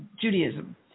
Judaism